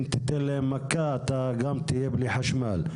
אם תיתן להם מכה, אתה גם תהיה בלי חשמל,